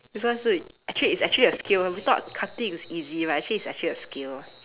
this one 是 actually it's actually a skill we thought cutting is easy right actually it's actually a skill